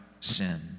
sin